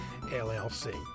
LLC